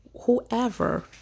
whoever